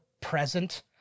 present